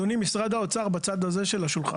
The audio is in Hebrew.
אדוני, משרד האוצר בצד הזה של השולחן.